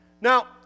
Now